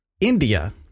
India